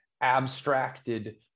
abstracted